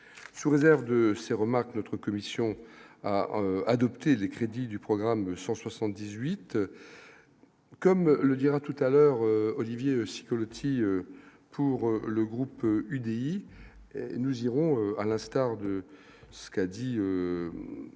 sous réserve de ces remarques notre commission a adopté les crédits du programme 178 comme le dira tout à l'heure, Olivier Siou le petit pour le groupe UDI, nous irons à l'instar de ce qu'a dit le